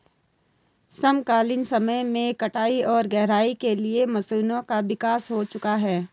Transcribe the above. समकालीन समय में कटाई और गहराई के लिए मशीनों का विकास हो चुका है